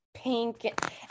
Pink